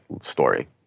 story